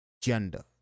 gender